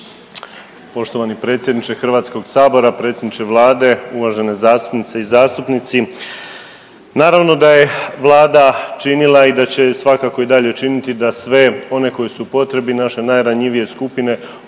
Poštovani predsjedniče Hrvatskog sabora, predsjedniče Vlade, uvažene zastupnice i zastupnici, naravno da je Vlada činila i da će svakako i dalje činiti da sve one koji su potrebi, naše najranjivije skupine